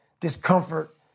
Discomfort